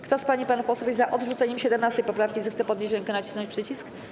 Kto z pań i panów posłów jest za odrzuceniem 17. poprawki, zechce podnieść rękę i nacisnąć przycisk.